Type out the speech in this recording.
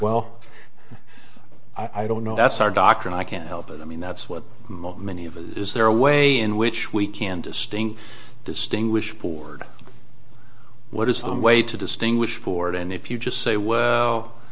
well i don't know that's our doctrine i can't help it i mean that's what many of is there a way in which we can distinct distinguish forward what is the way to distinguish for it and if you just say well